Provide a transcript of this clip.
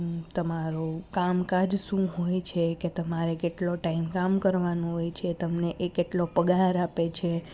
તમારો કામ કાજ શું હોય છે કે તમારે કેટલો ટાઈમ કામ કરવાનું હોય છે તમને એ કેટલો પગાર આપે છે